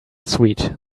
sweet